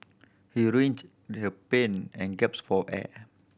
he writhed in pain and gasped for air